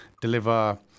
deliver